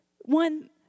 one